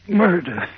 murder